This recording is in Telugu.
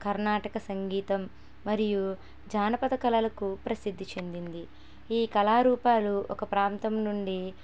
కర్ణాటక సంగీతం మరియు జానపద కళలకు ప్రసిద్ది చెందింది ఈ కళారూపాలు ఒక ప్రాంతం నుండి